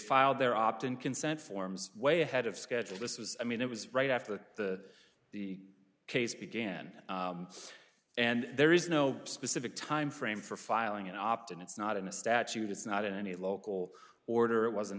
filed their opt in consent forms way ahead of schedule this was i mean it was right after the the case began and there is no specific timeframe for filing an opt in it's not in the statute it's not in any local order it wasn't